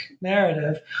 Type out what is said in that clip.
narrative